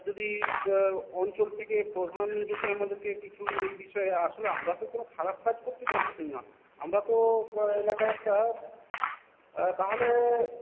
যদি অঞ্চল থেকে প্রধান যদি আমাদেরকে কিছু এই বিষয়ে আসলে আমরা তো কোনো খারাপ কাজ করতে যাচ্ছিনা আমরা তো এলাকায় একটা তাহলে